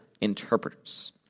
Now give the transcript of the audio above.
interpreters